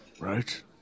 Right